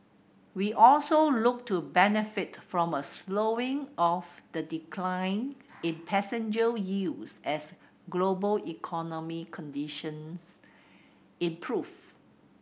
we also look to benefit from a slowing of the decline in passenger yields as global economic conditions improve